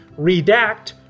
REDACT